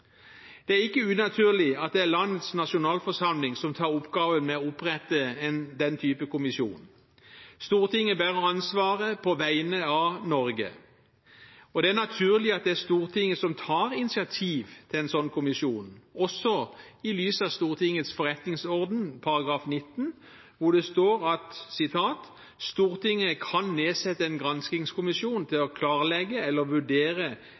Det er ikke unaturlig at det er landets nasjonalforsamling som tar oppgaven med å opprette den type kommisjon. Stortinget bærer ansvaret på vegne av Norge. Det er naturlig at det er Stortinget som tar initiativ til en slik kommisjon, også i lys av Stortingets forretningsorden § 19, hvor det står: «Stortinget kan nedsette en granskingskommisjon til å klarlegge eller vurdere